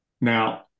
Now